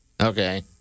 Okay